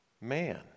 man